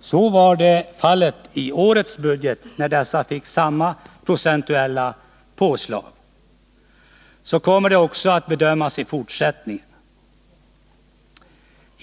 Så var fallet i årets budget, när dessa organisationer fick samma procentuella påslag, och så kommer frågan att bedömas också i fortsättningen.